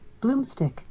Bloomstick